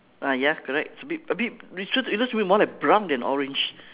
ah ya correct it's a bit a bit it looks a bit more like brown than orange